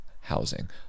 housing